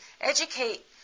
educate